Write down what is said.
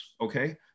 okay